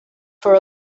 for